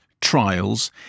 trials